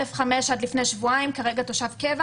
א5 עד לפני שבועיים, כרגע תושב קבע